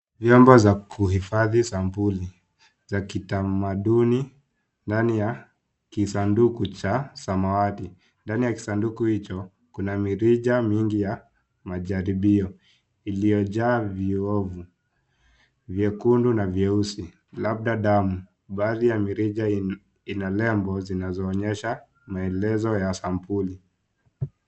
Vyombo vya kuifadhi sampuli za kitamaduni ndani ya kisanduku ya samawati ndani ya sanduku hicho kina mrija mingi za majaribio iliyojaa vioo vyekindu na vyeusi labda damu baadhi ya mirija Inalea ngozi inayoonyesha maelezo ya sampuli